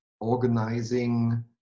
organizing